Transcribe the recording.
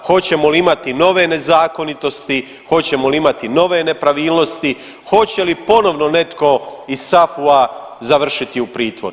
Hoćemo li imati nove nezakonitosti, hoćemo li imati nove nepravilnosti, hoće li ponovo netko iz SAFU-a završiti u pritvoru?